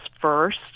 first